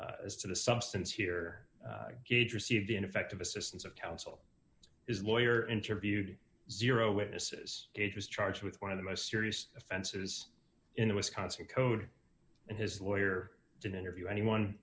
st as to the substance here gauge received ineffective assistance of counsel is lawyer interviewed zero witnesses was charged with one of the most serious offenses in the wisconsin code and his lawyer didn't interview anyone